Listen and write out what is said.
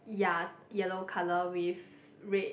ya yellow color with red